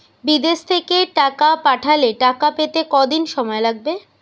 বিদেশ থেকে টাকা পাঠালে টাকা পেতে কদিন সময় লাগবে?